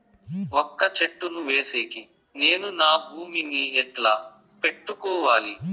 వక్క చెట్టును వేసేకి నేను నా భూమి ని ఎట్లా పెట్టుకోవాలి?